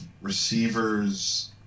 receivers